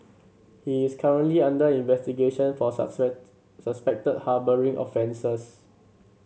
he is currently under investigation for suspected harbouring offences